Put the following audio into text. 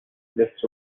just